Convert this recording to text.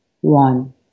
one